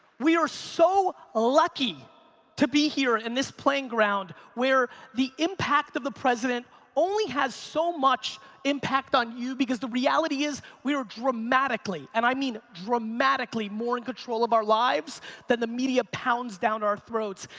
we're so so ah lucky to be here in this playing ground where the impact of the president only has so much impact on you because the reality is we're dramatically and i mean dramatically more in control of our lives than the media pounds down our throats.